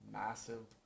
massive